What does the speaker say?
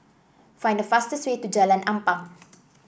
find the fastest way to Jalan Ampang